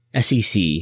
SEC